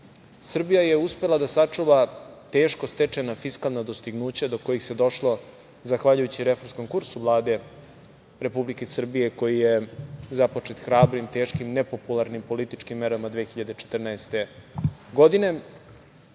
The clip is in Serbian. Srbija je uspela da sačuva teško stečena fiskalna dostignuća do kojih se došlo zahvaljujući reformskom kursu Vlade Republike Srbije, koji je započet hrabrim, teškim, nepopularnim političkim merama 2014. godine. Danas